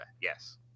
yes